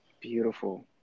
beautiful